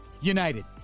United